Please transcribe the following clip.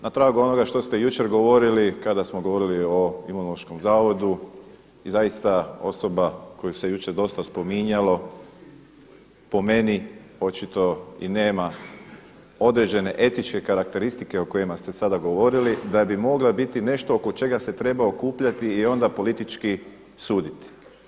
Na tragu onoga što ste i jučer govorili kada smo govorili o Imunološkom zavodu i zaista osoba koju se jučer dosta spominjalo po meni očito i nema određene etičke karakteristike o kojima ste sada govorili da bi mogla biti nešto oko čega se treba okupljati i onda politički suditi.